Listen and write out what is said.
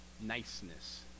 niceness